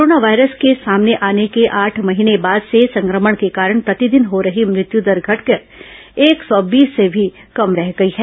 corona virus के सामने आने के आठ महीने बाद से संक्रमण के कारण प्रतिदिन हो रही मृत्यु दर घटकर एक सौ बीस से भी कम रह गई है